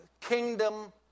kingdom